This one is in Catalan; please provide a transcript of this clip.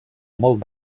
molt